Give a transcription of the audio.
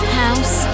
house